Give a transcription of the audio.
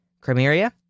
Crimea